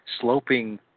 sloping